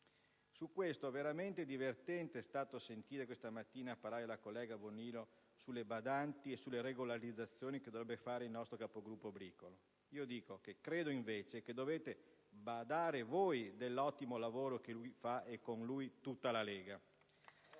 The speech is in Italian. Su questo, è stato veramente divertente, questa mattina, sentire parlare la collega Bonino sulle badanti e sulle regolarizzazioni che dovrebbe fare il nostro capogruppo Bricolo: credo invece che dovete badare voi all'ottimo lavoro che lui fa e, con lui, tutta la Lega!